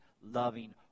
loving